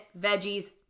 veggies